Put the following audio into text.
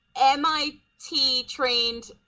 MIT-trained